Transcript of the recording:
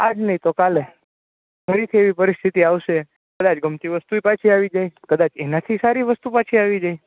આજ નહીં તો કાલે ફરીથી એવી પરિસ્થિતિ આવશે કદાચ ગમતી વાસ્તુય પાછી આવી જાય કદાચ એનાથી સારી વસ્તુ પાછી આવી જાય